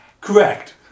Correct